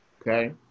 okay